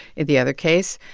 in the other case,